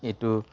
এইটো